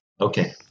okay